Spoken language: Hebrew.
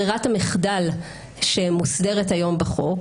וזוהי ברירת המחדל שמוסדרת היום בחוק.